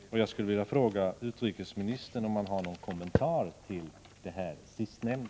Jag skulle vilja fråga om utrikesministern har någon kommentar till det sistnämnda.